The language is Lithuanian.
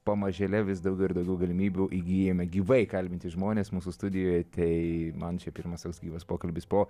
pamažėle vis daugiau ir daugiau galimybių įgyjame gyvai kalbinti žmonės mūsų studijoje tai man čia pirmas toks gyvas pokalbis po